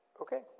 Okay